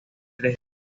tres